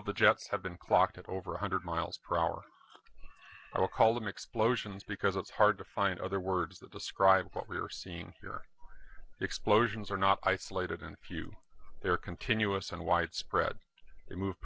of the jets have been clocked at over one hundred miles per hour i'll call them explosions because it's hard to find other words that describe what we are seeing here explosions are not isolated and few there continuous and widespread it moved